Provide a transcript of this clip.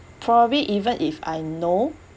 probably even if I know